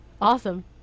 Awesome